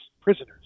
prisoners